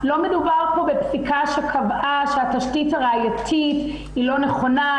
לא מדובר פה בפסיקה שקבעה שהתשתית הראייתית היא לא נכונה,